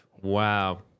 Wow